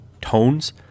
tones